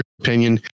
opinion